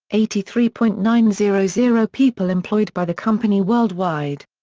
eighty three point nine zero zero people employed by the company worldwide.